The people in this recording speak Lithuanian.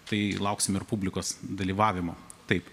tai lauksim ir publikos dalyvavimo taip